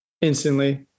instantly